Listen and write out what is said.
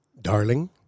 darling